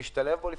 שמשתלב בו לפעמים,